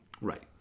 Right